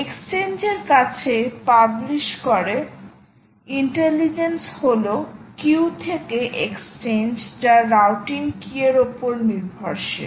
exchange এর কাছে publish করে ইন্টেলিজেন্স হল কিউ থেকে এক্সচেঞ্জ যা রাউটিং কী এর উপর নির্ভরশীল